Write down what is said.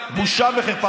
בושה וחרפה.